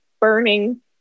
burning